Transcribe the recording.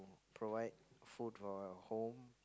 provide food for our home